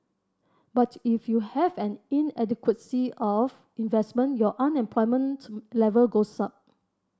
but if you have an inadequacy of investment your unemployment level goes up